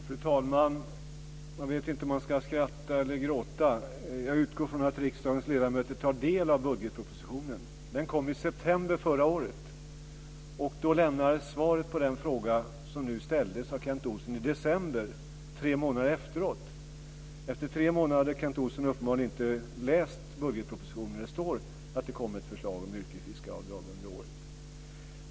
Fru talman! Man vet inte om man ska skratta eller gråta. Jag utgår från att riksdagens ledamöter tar del av budgetpropositionen. Den kom i september förra året. Jag lämnade nu svaret på den fråga som ställdes av Kent Olsson i december, tre månader efteråt. Efter tre månader har Kent Olsson uppenbarligen inte läst budgetpropositionen, där det står att det kommer ett förslag om yrkesfiskaravdrag under året.